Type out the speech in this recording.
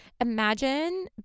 imagine